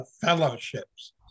fellowships